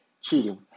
cheating